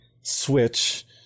switch